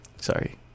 Sorry